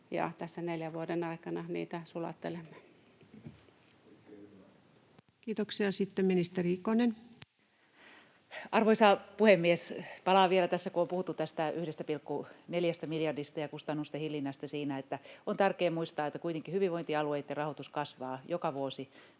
tässä neljän vuoden aikana niitä sulattelemme. Kiitoksia. — Sitten ministeri Ikonen. Arvoisa puhemies! Palaan vielä tässä siihen, että kun on puhuttu 1,4 miljardista ja kustannusten hillinnästä siinä, niin on tärkeää muistaa, että kuitenkin hyvinvointialueitten rahoitus kasvaa joka vuosi